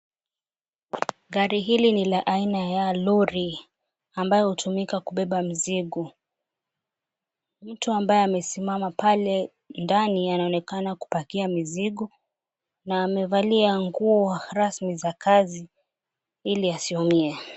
Gari hili ni la aina ya lori ambayo hutumika kubeba mizigo. Mtu ambaye amesimama pale ndani anaonekana kupakia mizigo na amevalia nguo rasmi za kazi ili asiumie.